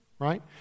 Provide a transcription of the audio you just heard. Right